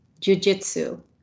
jujitsu